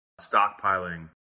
stockpiling